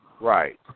Right